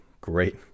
great